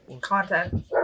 content